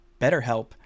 BetterHelp